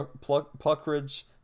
Puckridge